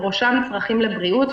בראשם צרכים לבריאות,